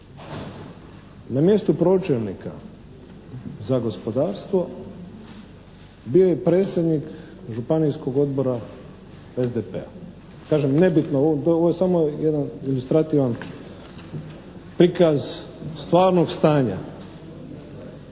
Na mjestu pročelnika za gospodarstvo bio je predsjednik županijskog odbora SDP-a. Kažem, nebitno, ovo je samo jedan ilustrativan prikaz stvarnog stanja.